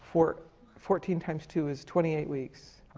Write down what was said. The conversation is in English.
for fourteen times two is twenty-eight weeks.